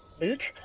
loot